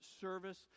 service